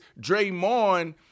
Draymond –